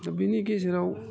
दा बिनि गेजेराव